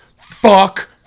Fuck